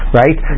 right